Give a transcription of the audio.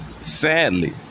Sadly